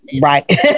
Right